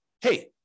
hey